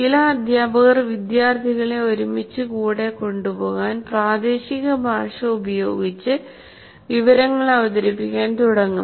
ചില അധ്യാപകർ വിദ്യാർത്ഥികളെ ഒരുമിച്ച് കൂടെ കൊണ്ടുപോകാൻ പ്രാദേശിക ഭാഷ ഉപയോഗിച്ച് വിവരങ്ങൾ അവതരിപ്പിക്കാൻ തുടങ്ങും